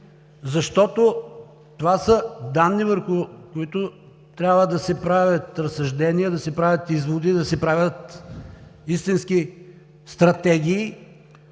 защото това са данни, върху които трябва да се правят разсъждения, да се правят изводи, да се правят истински стратегии?